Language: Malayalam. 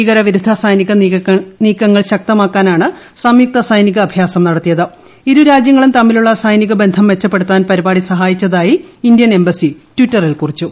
ഭീകരവിരുദ്ധ സൈനിക നീക്കങ്ങൾ ശ്രീക്ത്മാക്കാനാണ് സംയുക്ത സൈനിക അഭ്യാസം നടത്തിയ്ക്ക് ഇർതരാജ്യങ്ങളും തമ്മിലുള്ള സൈനിക ബന്ധം മെച്ചപ്പെടുത്താൻ പരിപാടി സഹായിച്ചതായി ഇന്ത്യൻ എംബസി ട്വിറ്ററിൽ കൂറിച്ചു